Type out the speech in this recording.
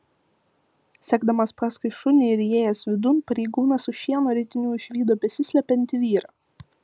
sekdamas paskui šunį ir įėjęs vidun pareigūnas už šieno ritinių išvydo besislepiantį vyrą